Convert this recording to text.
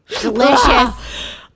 delicious